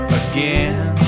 again